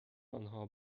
آنها